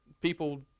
people